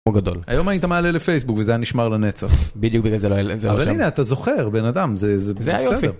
גדול, היום היית מעלה לפייסבוק וזה היה נשמר לנצח, בדיוק בגלל זה לא העלתי לשם, אבל הנה אתה זוכר בן אדם זה זה בסדר.